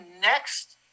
next